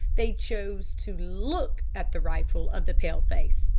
they choose to look at the rifle of the pale-face.